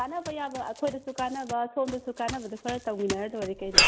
ꯀꯥꯟꯅꯕ ꯌꯥꯕ ꯑꯩꯈꯣꯏꯗꯁꯨ ꯀꯥꯟꯅꯕ ꯁꯣꯝꯗꯁꯨ ꯀꯥꯟꯅꯕꯗꯨ ꯈꯔ ꯇꯧꯃꯤꯟꯅꯔꯒ ꯂꯣꯏꯔꯦ ꯀꯩꯅꯣ